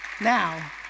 now